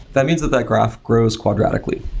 that means that that graph grows quadratically,